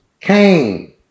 Cain